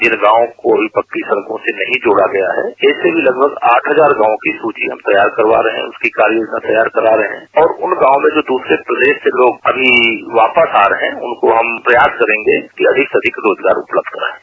जिन गॉवों पक्की सड़कों से नहीं जोड़ा गया है इससे लगभग आठ हजार गॉवों की सूची हम तैयार करवा रहे है उसकी योजना तैयार करवा रहे हैं और उन गाँवों में जो दूसरे प्रदेश से लोग अभी वापस आ रहे हैं उनको हम प्रयास करेंगे कि अधिक से अधिक रोजगार उपलब्ध करायें